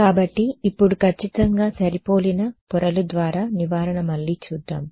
కాబట్టి ఇప్పుడు ఖచ్చితంగా సరిపోలిన పొరలు ద్వారా నివారణ మళ్లీ చూద్దాం